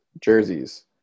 jerseys